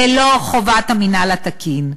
ללא חובת המינהל התקין.